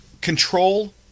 control